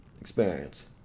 experience